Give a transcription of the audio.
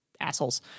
assholes